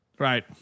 Right